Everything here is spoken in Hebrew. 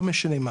לא משנה מה